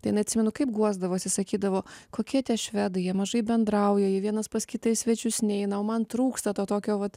tai jinai atsimenu kaip guosdavosi sakydavo kokie tie švedai jie mažai bendrauja jie vienas pas kitą į svečius neina o man trūksta to tokio vat